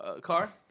car